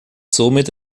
somit